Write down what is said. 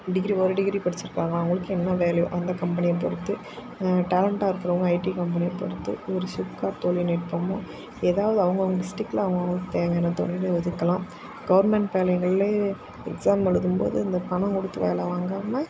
degree ஒரு degree படித்திருக்கானா அவனுக்கு என்ன வேல்யூ அந்த கம்பெனியை பொருத்து டேலன்ட்டாக இருக்கிறவங்க ஐடி கம்பெனி பொருத்து சிப்காட் தொழில்நுட்பமோ ஏதாவது அவங்கவங்க டிஸ்டிக்டில் அவங்கவங்க தேவையான தொழிலை ஒதுக்கலாம் கவர்மெண்ட் வேலைகள்லேயே எக்ஸாம் எழுதும்போது இந்த பணம் கொடுத்து வேலை வாங்காமல்